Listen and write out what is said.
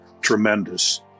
tremendous